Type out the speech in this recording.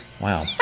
wow